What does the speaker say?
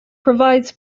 provides